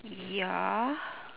ya